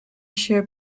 się